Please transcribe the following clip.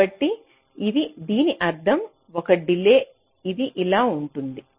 కాబట్టి దీని అర్థం 1 డిలే ఇది ఇలా అవుతుంది